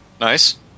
Nice